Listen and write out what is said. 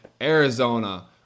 Arizona